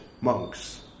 monks